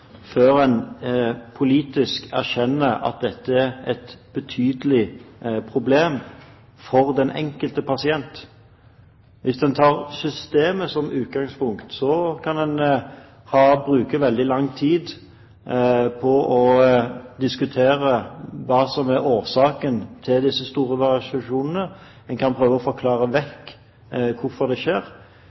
før en politisk erkjenner at dette er et betydelig problem for den enkelte pasient. Hvis en tar systemet som utgangspunkt, kan en bruke veldig lang tid på å diskutere hva som er årsaken til disse store variasjonene. En kan prøve å bortforklare hvorfor det skjer,